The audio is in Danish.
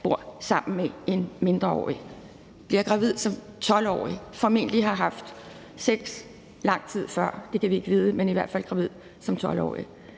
bor sammen med en mindreårig, der bliver gravid som 12-årig og formentlig har haft sex lang tid før – det kan vi ikke vide, men i hvert fald bliver hun gravid som 12-årig.